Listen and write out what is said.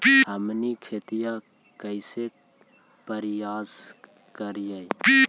हमनी खेतीया कइसे परियास करियय?